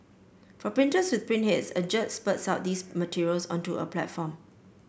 for printers with print heads a jet spurts out these materials onto a platform